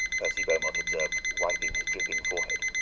percy beaumont observed, wiping his dripping forehead.